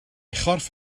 chorff